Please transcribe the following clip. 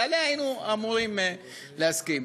ועליה היינו אמורים להסכים.